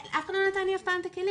'אף אחד לא נתן לי אף פעם את הכלים'.